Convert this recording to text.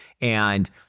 and-